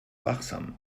wachsam